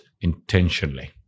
intentionally